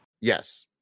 Yes